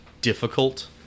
difficult